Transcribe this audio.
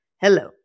Hello